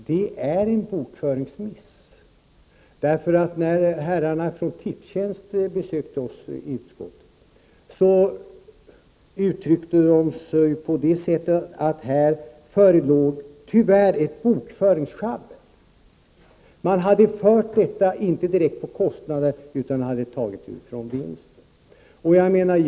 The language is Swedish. Herr talman! Det är en bokföringsmiss. När herrarna från Tipstjänst besökte oss i utskottet uttryckte de sig så, att här förelåg tyvärr ett bokföringsschabbel. Man hade inte fört detta direkt på kostnader, utan man hade tagit det från vinsten.